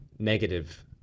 negative